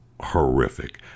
horrific